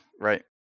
Right